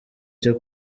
cyo